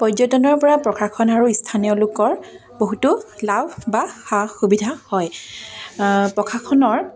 পৰ্যটনৰ পৰা প্ৰশাসন আৰু স্থানীয় লোকৰ বহুতো লাভ বা সা সুবিধা হয় প্ৰশাসনৰ